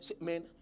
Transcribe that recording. man